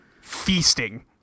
Feasting